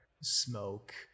smoke